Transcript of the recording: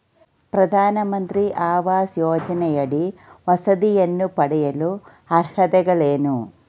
ಪ್ರಧಾನಮಂತ್ರಿ ಆವಾಸ್ ಯೋಜನೆಯಡಿ ವಸತಿಯನ್ನು ಪಡೆಯಲು ಅರ್ಹತೆಗಳೇನು?